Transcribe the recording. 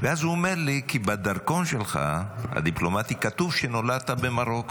ואז הוא אומר לי: בדרכון הדיפלומטי שלך כתוב שנולדת במרוקו.